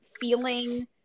feeling